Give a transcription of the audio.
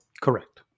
Correct